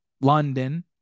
London